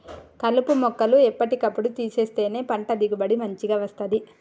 కలుపు మొక్కలు ఎప్పటి కప్పుడు తీసేస్తేనే పంట దిగుబడి మంచిగ వస్తది